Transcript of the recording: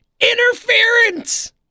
interference